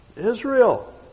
Israel